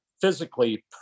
physically